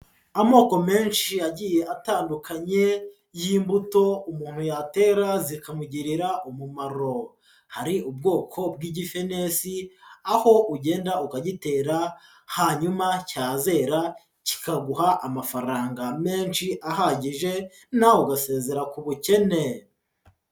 Amoko menshi agiye atandukanye y'imbuto umuntu yatera zikamugirira umumaro, hari ubwoko bw'igifenesi, aho ugenda ukagitera hanyuma cyazera kikaguha amafaranga menshi ahagije nawe ugasezera ku bukene.